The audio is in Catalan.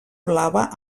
blava